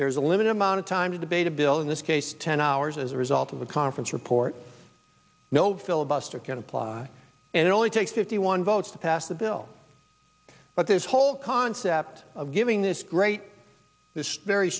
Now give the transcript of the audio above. there's a limited amount of time to debate a bill in this case ten hours as a result of the conference report no filibuster can apply and it only takes fifty one votes to pass the bill but this whole concept of giving this great this very